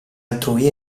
altrui